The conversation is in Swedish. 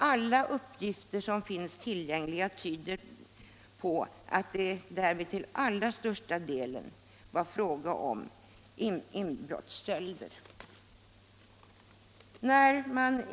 Alla uppgifter som finns tillgängliga tyder på att det därmed till allra största delen var fråga om inbrottsstöld.